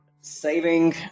saving